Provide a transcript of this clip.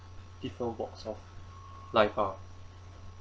people walks of life ah